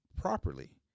properly